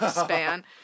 span